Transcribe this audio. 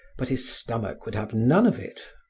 but his stomach would have none of it.